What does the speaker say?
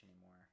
anymore